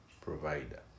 provider